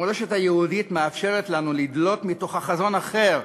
המורשת היהודית מאפשרת לנו לדלות מתוכה חזון אחר,